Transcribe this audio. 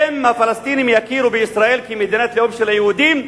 אם הפלסטינים יכירו בישראל כמדינת לאום של היהודים,